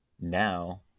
now